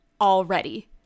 already